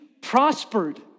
prospered